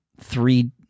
three